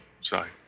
Sorry